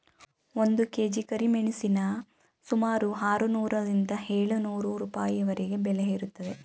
ಒಂದು ಕೆ.ಜಿ ಕರಿಮೆಣಸಿನ ಸುಮಾರು ಆರುನೂರರಿಂದ ಏಳು ನೂರು ರೂಪಾಯಿವರೆಗೆ ಬೆಲೆ ಇರುತ್ತದೆ